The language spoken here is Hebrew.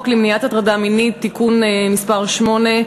למניעת הטרדה מינית (תיקון מס' 8),